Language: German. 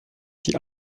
die